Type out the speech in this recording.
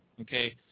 okay